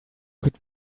could